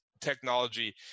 technology